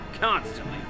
constantly